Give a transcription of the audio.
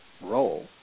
role